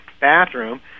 bathroom